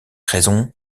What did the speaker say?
raison